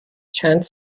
چند